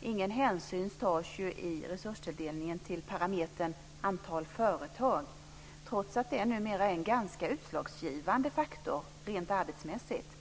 Ingen hänsyn tas ju i resurstilldelningen till parametern "antal företag", trots att det numera är en ganska utslagsgivande faktor rent arbetsmässigt.